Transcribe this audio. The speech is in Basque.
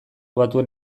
batuen